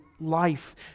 life